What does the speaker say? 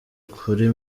kuri